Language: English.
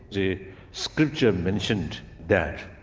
the scriptures mentioned that.